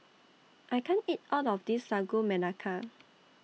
I can't eat All of This Sagu Melaka